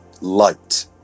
light